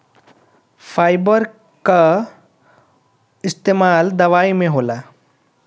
fibre कअ इस्तेमाल दवाई में होला